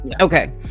Okay